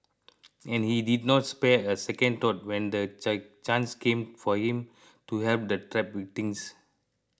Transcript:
and he did not spare a second thought when the chance came for him to help the trapped victims